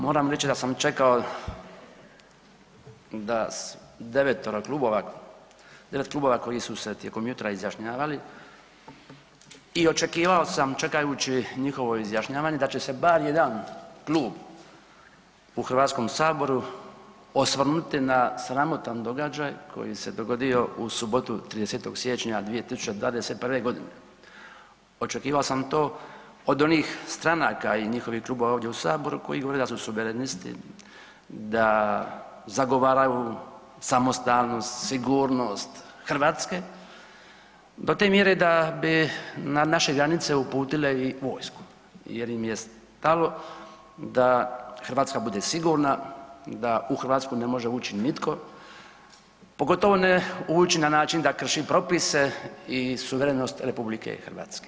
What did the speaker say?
Moram reći da sam čekao da 9-ero klubova, 9 klubova koji su se tijekom jutra izjašnjavali i očekivao sam čekajući njihovo izjašnjavanje da će se bar jedan klub u HS osvrnuti na sramotan događaj koji se dogodio u subotu 30. siječnja 2021.g. Očekivao sam to od onih stranaka i njihovih klubova ovdje u saboru koji govore da su suverenisti, da zagovaraju samostalnost, sigurnost Hrvatske do te mjere da bi na naše granice uputile i vojsku jer im je stalo da Hrvatska bude sigurna, da u Hrvatsku ne može ući nitko, pogotovo ne ući na način da krši propise i suverenost RH.